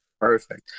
Perfect